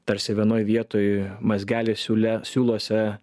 tarsi vienoj vietoj mazgelį siūle siūluose